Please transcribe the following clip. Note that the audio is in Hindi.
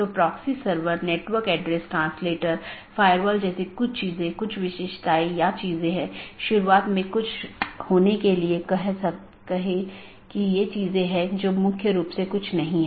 क्योंकि जब यह BGP राउटर से गुजरता है तो यह जानना आवश्यक है कि गंतव्य कहां है जो NLRI प्रारूप में है